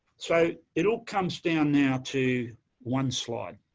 so, it all comes down now to one slide.